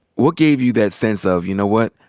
what gave you that sense of, you know what?